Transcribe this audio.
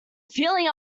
feeling